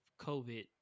COVID